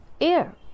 air